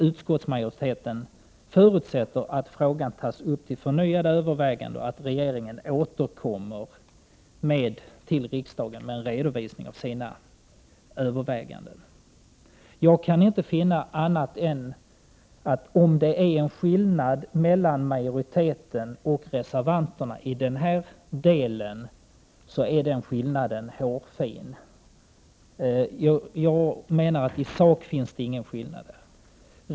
Utskottsmajoriteten förutsätter att frågan tas upp till förnyade överväganden, och att regeringen återkommer till riksdagen med en redovisning av sina överväganden. Jag kan inte finna annat än att om det i den här delen finns en skillnad mellan majoritetens och reservanternas uppfattning, så är den 127 skillnaden hårfin. Jag menar att det i sak inte finns någon skillnad.